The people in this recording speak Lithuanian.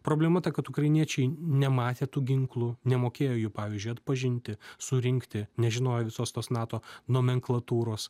problema ta kad ukrainiečiai nematė tų ginklų nemokėjo jų pavyzdžiui atpažinti surinkti nežinojo visos tos nato nomenklatūros